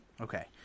okay